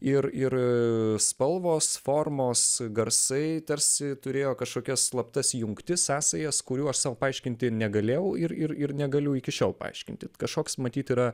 ir ir spalvos formos garsai tarsi turėjo kašokias slaptas jungtis sąsajas kurių aš sau paaiškinti negalėjau ir ir ir negaliu iki šiol paaiškinti kašoks matyt yra